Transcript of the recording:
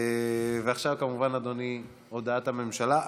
עכשיו, כמובן, אדוני, הודעת הממשלה.